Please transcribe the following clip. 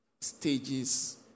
stages